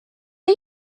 are